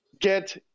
get